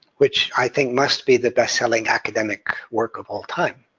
which i think must be the best-selling academic work of all time.